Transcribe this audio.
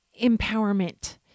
empowerment